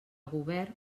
govern